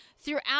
Throughout